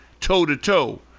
toe-to-toe